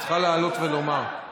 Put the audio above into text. את צריכה לעלות ולומר.